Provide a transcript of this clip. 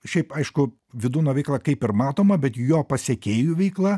šiaip aišku vydūno veikla kaip ir matoma bet jo pasekėjų veikla